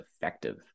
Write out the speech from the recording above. effective